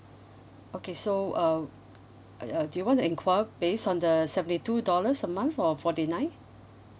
okay so uh uh uh do you want to enquire based on the seventy two dollars a month or forty nine